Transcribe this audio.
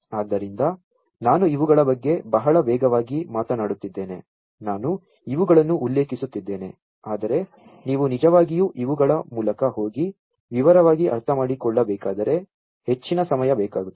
ಆದ್ದರಿಂದ ನಾನು ಇವುಗಳ ಬಗ್ಗೆ ಬಹಳ ವೇಗವಾಗಿ ಮಾತನಾಡುತ್ತಿದ್ದೇನೆ ನಾನು ಇವುಗಳನ್ನು ಉಲ್ಲೇಖಿಸುತ್ತಿದ್ದೇನೆ ಆದರೆ ನೀವು ನಿಜವಾಗಿಯೂ ಇವುಗಳ ಮೂಲಕ ಹೋಗಿ ವಿವರವಾಗಿ ಅರ್ಥಮಾಡಿಕೊಳ್ಳಬೇಕಾದರೆ ಹೆಚ್ಚಿನ ಸಮಯ ಬೇಕಾಗುತ್ತದೆ